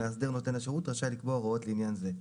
מאסדר נותן השירות רשאי לקבוע הוראות לעניין זה".